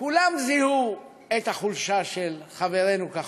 כולם זיהו את החולשה של חברנו כחלון.